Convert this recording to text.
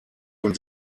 und